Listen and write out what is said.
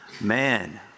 Man